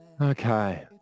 Okay